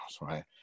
right